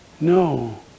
No